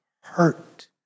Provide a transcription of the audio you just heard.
hurt